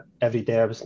everyday